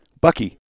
Bucky